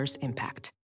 impact